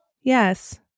Yes